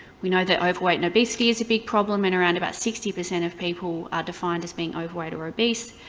we know that overweight and obesity is a big problem and around about sixty percent of people are defined as being overweight or obese,